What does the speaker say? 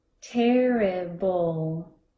terrible